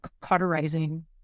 cauterizing